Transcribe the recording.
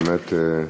באמת,